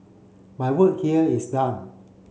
my work here is done